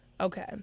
okay